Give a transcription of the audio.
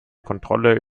kontrolle